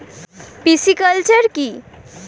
Pisciculture কি?